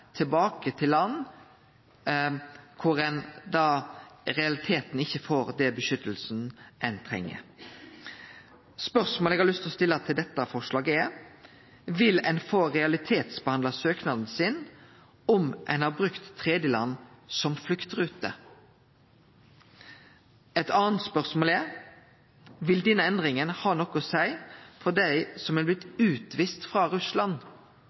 tilbake til land der dei i realiteten ikkje får den beskyttelsen dei treng. Spørsmålet eg har lyst til å stille til dette forslaget, er: Vil ein få realitetsbehandle søknaden sin om ein har brukt tredjeland som fluktrute? Eit anna spørsmål er: Vil denne endringa ha noko å seie for dei som er blitt utviste frå Russland